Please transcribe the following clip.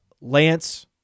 Lance